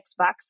Xbox